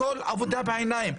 הכל עבודה בעיניים.